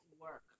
work